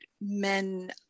men